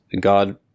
God